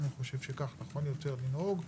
אני חושב שכך נכון יותר לנהוג.